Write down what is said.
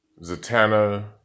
Zatanna